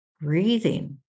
breathing